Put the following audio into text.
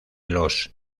los